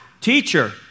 Teacher